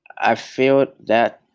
i feel that